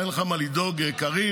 אין לך מה לדאוג, קריב.